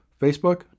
Facebook